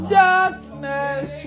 darkness